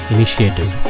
Initiative